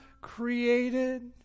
created